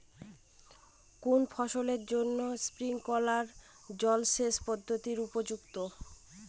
কোন ফসলের জন্য স্প্রিংকলার জলসেচ পদ্ধতি উপযুক্ত?